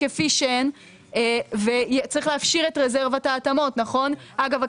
כפי שהן וצריך להפשיר את רזרבת ההתאמות אגב,